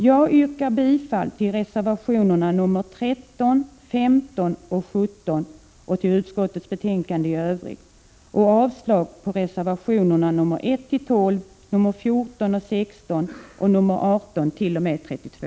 Jag yrkar bifall till reservationerna 13, 15 och 17 och till utskottets hemställan i övrigt, vilket innebär avslag på reservationerna nr 1—12, nr 14 och 16 och nr 18—32.